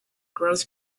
growth